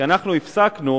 כי אנחנו הפסקנו,